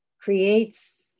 creates